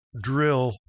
drill